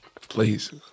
Please